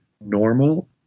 normal